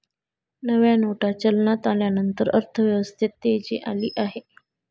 नव्या नोटा चलनात आल्यानंतर अर्थव्यवस्थेत तेजी आली आहे